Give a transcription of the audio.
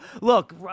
Look